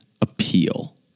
appeal